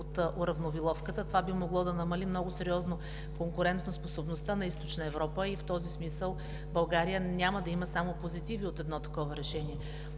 от уравниловката. Това би могло да намали много сериозно конкурентоспособността на Източна Европа и в този смисъл България няма да има само позитиви от едно такова решение.